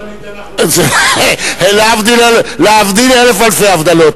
להבדיל אלף אלפי הבדלות,